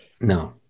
no